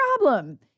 problem